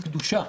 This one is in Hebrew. בקדושה.